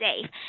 safe